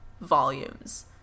volumes